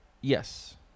Yes